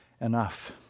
enough